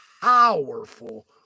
powerful